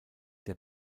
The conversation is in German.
der